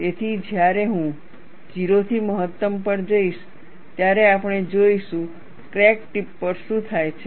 તેથી જ્યારે હું 0 થી મહત્તમ પર જઈશ ત્યારે આપણે જોઈશું ક્રેક ટિપ પર શું થાય છે